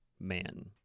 man